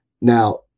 Now